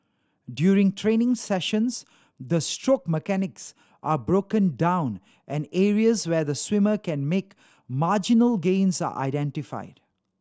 during training sessions the stroke mechanics are broken down and areas where the swimmer can make marginal gains are identified